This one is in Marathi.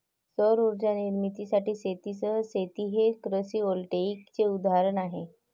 सौर उर्जा निर्मितीसाठी शेतीसह शेती हे कृषी व्होल्टेईकचे उदाहरण आहे